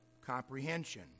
comprehension